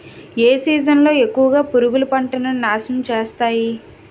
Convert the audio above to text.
ఏ season లో ఎక్కువుగా పురుగులు పంటను నాశనం చేస్తాయి?